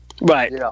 Right